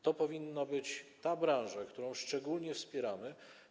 To powinna być ta branża, którą szczególnie wspieramy.